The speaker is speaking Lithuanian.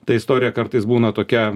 ta istorija kartais būna tokia